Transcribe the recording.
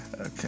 Okay